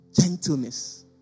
Gentleness